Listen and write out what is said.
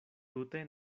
tute